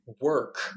work